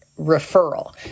referral